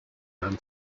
man